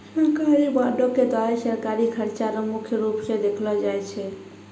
सरकारी बॉंडों के द्वारा सरकारी खर्चा रो मुख्य रूप स देखलो जाय छै